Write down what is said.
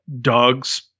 dogs –